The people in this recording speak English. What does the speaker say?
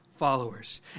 Followers